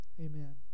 amen